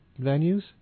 venues